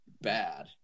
bad